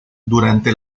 durante